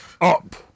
up